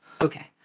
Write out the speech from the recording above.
okay